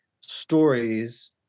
stories